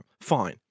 Fine